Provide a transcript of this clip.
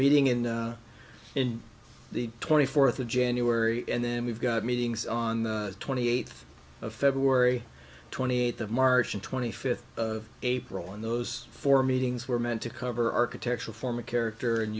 meeting in the twenty fourth of january and then we've got meetings on the twenty eighth of february twenty eighth of march twenty fifth april and those four meetings were meant to cover architectural form of character and